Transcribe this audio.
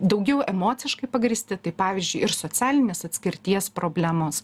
daugiau emociškai pagrįsti tai pavyzdžiui ir socialinės atskirties problemos